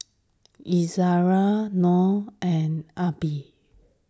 Izzara Noh and Aqilah